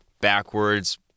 backwards